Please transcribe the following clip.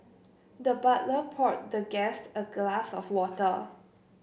the butler poured the guest a glass of water